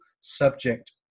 subject